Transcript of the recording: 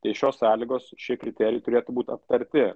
tai šios sąlygos šie kriterijai turėtų būt aptarti